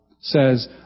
says